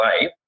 life